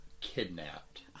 Kidnapped